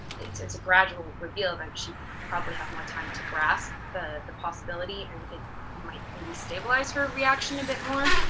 a gradual reveal, then she'd probably have more time to grasp the the possibility and it it might maybe stabilize her reaction a bit more.